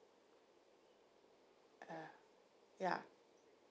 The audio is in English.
ah ya